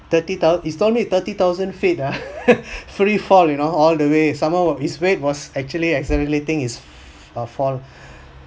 thirty thou~ he told me thirty thousand feet ah free fall you know all the way somehow his weight was actually accelerating his err fall